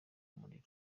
urumuri